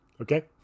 Okay